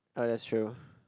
ah that's true